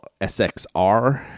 SXR